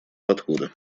подходы